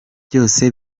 byose